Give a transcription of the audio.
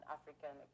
African